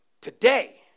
Today